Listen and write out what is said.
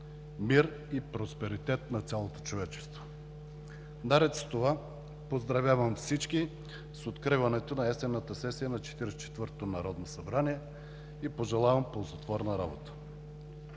мир и просперитет на цялото човечество! Наред с това поздравявам всички с откриването на есенната сесия на Четиридесет и четвъртото народно събрание и пожелавам ползотворна работа!